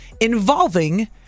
involving